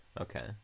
Okay